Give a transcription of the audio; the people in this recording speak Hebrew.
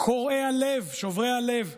קורעי הלב, שוברי הלב,